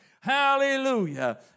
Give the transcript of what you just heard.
Hallelujah